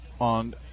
on